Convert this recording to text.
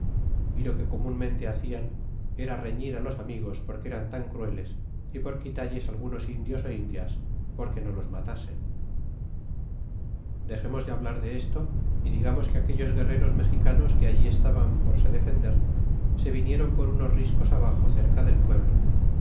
y lo que comunmente hacian era reñir los amigos porque eran tan crueles y por quitalles algunos indios ó indias porque no los matasen dexemos de hablar de esto y digamos que aquellos guerreros mexicanos que allí estaban por se defender se vinieron por unos riscos abaxo cerca del pueblo